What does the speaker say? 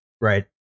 right